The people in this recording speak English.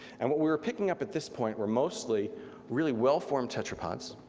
and what we were picking up at this point were mostly really well formed tetrapods.